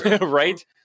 right